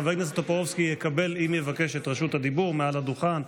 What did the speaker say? חבר הכנסת טופורובסקי יקבל את רשות הדיבור מעל הדוכן,